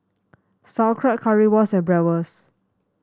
Sauerkraut Currywurst and Bratwurst